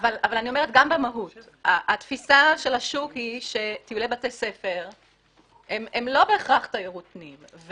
גם במהות התפיסה של השוק היא שטיולי בתי ספר הם לא בהכרח תיירות פנים,